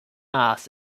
ass